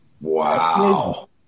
Wow